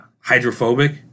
hydrophobic